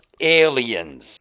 Aliens